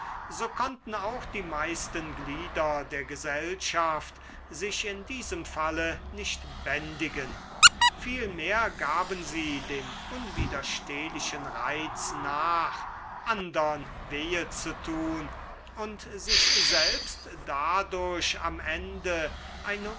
so konnten auch die meisten glieder der gesellschaft sich in diesem falle nicht bändigen vielmehr gaben sie dem unwiderstehlichen reiz nach andern wehe zu tun und sich selbst dadurch am ende eine